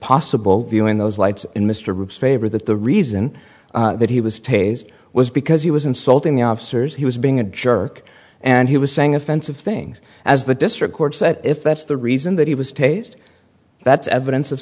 possible viewing those lights in mr reeves favor that the reason that he was tasered was because he was insulting the officers he was being a jerk and he was saying offensive things as the district court said if that's the reason that he was taste that's evidence of